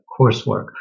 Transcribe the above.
coursework